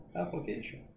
application